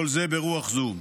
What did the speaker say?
כל זה ברוח זו.